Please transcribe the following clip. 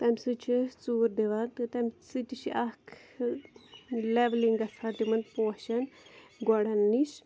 تَمہِ سۭتۍ چھِ أسۍ ژوٗر دِوان تہٕ تَمہِ سۭتۍ تہِ چھِ اَکھ لٮ۪ولِنٛگ گژھان تِمَن پوشَن گۄڈَن نِش